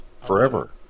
forever